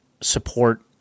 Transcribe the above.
support